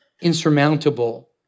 insurmountable